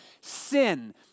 sin